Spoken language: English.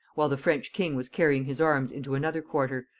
while the french king was carrying his arms into another quarter,